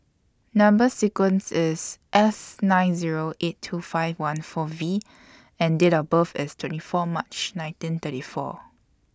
Number sequence IS S nine Zero eight two five one four V and Date of birth IS twenty four March nineteen thirty four